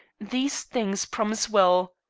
these things promise well.